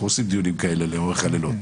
אנחנו עושים דיונים כאלה לאורך הלילות.